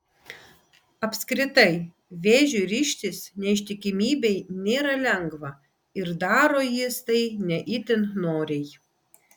apskritai vėžiui ryžtis neištikimybei nėra lengva ir daro jis tai ne itin noriai